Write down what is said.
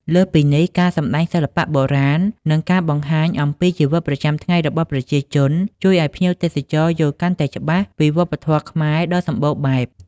លើសពីនេះ ការសម្តែងសិល្បៈបុរាណ និងការបង្ហាញអំពីជីវិតប្រចាំថ្ងៃរបស់ប្រជាជន ជួយឲ្យភ្ញៀវទេសចរយល់កាន់តែច្បាស់ពីវប្បធម៌ខ្មែរដ៏សម្បូរបែប។